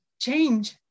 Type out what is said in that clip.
change